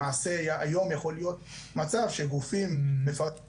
למעשה היום יכול להיות מצב שגופים מפתחים